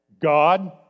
God